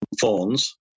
Thorns